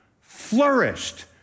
Flourished